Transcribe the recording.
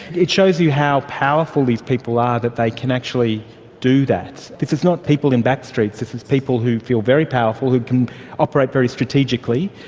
it shows you how powerful these people are that they can actually do that. this is not people in backstreets, this is people who feel very powerful, who can operate very strategically.